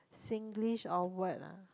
Singlish or word ah